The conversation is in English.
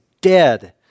dead